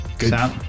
Good